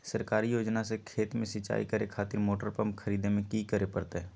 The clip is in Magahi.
सरकारी योजना से खेत में सिंचाई करे खातिर मोटर पंप खरीदे में की करे परतय?